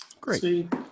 Great